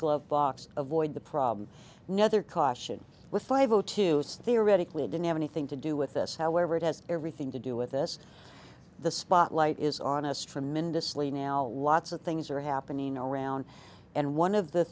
glove box avoid the problem no other caution with five o two is theoretically didn't have anything to do with this however it has everything to do with this the spotlight is on a stream industry now lots of things are happening around and one of the